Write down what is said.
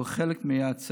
הוא היה חלק מהצוות